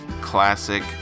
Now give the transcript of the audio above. Classic